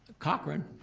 cochran.